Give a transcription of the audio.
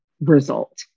result